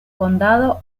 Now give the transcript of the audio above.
condado